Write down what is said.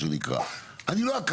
השאלה היא אם יש תיאום.